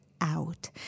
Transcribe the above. out